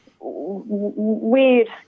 weird